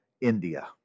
India